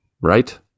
right